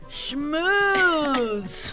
schmooze